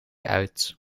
uit